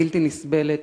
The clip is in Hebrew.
בלתי נסבלת,